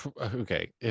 okay